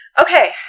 Okay